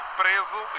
preso